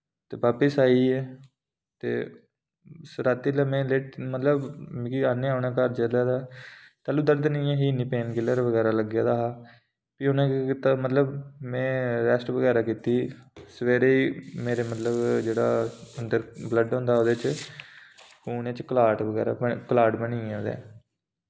ते बापिस आइयै ते राती लै में लेट मतलब मिगी आह्नेआ उनें घर जिल्लै ते तैलूं दर्द नि ऐ ही इन्नी पेन किल्लर बगैरा लग्गे दा हा फ्ही उ'नें केह् कीता मतलब में रैस्ट बगैरा कीती सवेरे मेरे मतलब जेह्ड़ा अंदर ब्लड होंदा उदे च खूने च क्लाट वगैरा बन क्लाट बनिया उदै